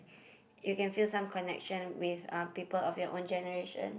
you can feel some connection with uh people of your own generation